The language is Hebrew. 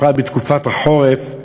בפרט בתקופת החורף,